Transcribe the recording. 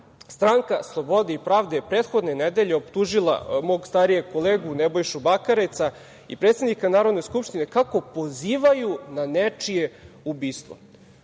Stranka slobode i pravde je prethodne nedelje optužila mog starijeg kolegu Nebojšu Bakareca i predsednika Narodne skupštine kako pozivaju na nečije ubistvo.